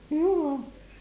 you know